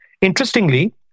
interestingly